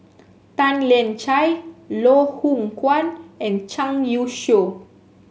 Tan Lian Chye Loh Hoong Kwan and Zhang Youshuo